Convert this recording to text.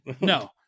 No